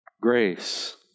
Grace